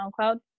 SoundCloud